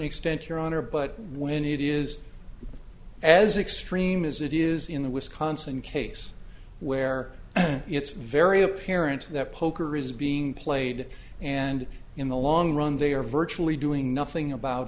extent your honor but when it is as extreme as it is in the wisconsin case where it's very apparent that poker is being played and in the long run they are virtually doing nothing about